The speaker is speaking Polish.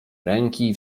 ręki